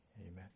Amen